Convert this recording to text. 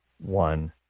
one